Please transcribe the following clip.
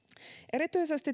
erityisesti